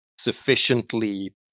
sufficiently